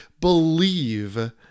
believe